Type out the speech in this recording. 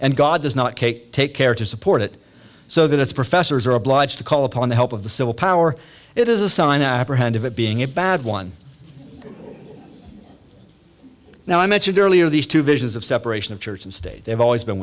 and god does not take care to support it so that its professors are obliged to call upon the help of the civil power it is a sign apprehend of it being a bad one now i mentioned earlier these two visions of separation of church and state they have always been